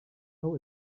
know